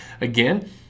again